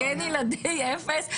כי אין ילדי אפס,